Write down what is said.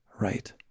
right